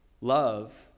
Love